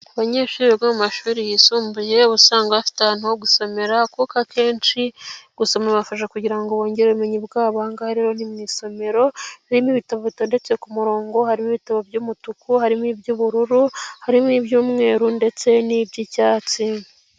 Abanyeshuri biga mu mashuri yisumbuye usanga bafite ahantu ho gusomera kuko akenshi gusoma bibafasha kugirango bongere ubumenyi bwabo, ahangaha rero ni mu isomero birimo ibitabo bitodetse ku murongo harimo ibitabo by'umutuku, harimo iby'ubururu harimo iby'uumweru ndetse n'iby'icyatsi.